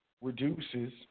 reduces